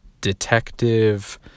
detective